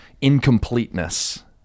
incompleteness